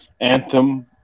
Anthem